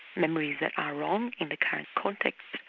memories that are wrong in the current context,